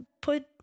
put